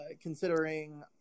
considering